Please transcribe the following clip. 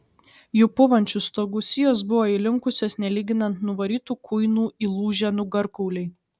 jų pūvančių stogų sijos buvo įlinkusios nelyginant nuvarytų kuinų įlūžę nugarkauliai